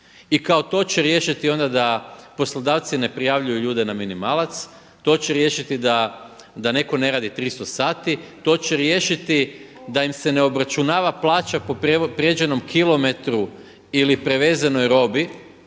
I kao to će riješiti onda da poslodavci ne prijavljuju ljude na minimalac, to će riješiti da netko ne radi 300 sati, to će riješiti da im se ne obračunava plaća po pređenom kilometru ili prevezenoj robi